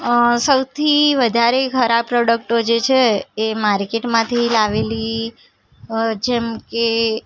અ સૌથી વધારે ખરાબ પ્રોડક્ટો જે છે એ માર્કેટમાંથી લાવેલી અ જેમ કે